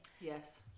Yes